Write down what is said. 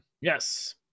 Yes